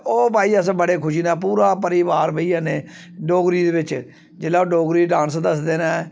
ओह् भाई अस बड़ी खुशी नै पूरा परोआर बेही जन्ने डोगरी दे बिच्च जेल्लै ओह् डोगरी डांस दसदे न